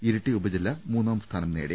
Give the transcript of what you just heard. ഇരിട്ടി ഉപജില്ല മൂന്നാം സ്ഥാനം നേടി